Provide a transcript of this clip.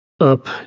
up